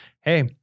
hey